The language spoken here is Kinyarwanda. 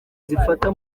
zifata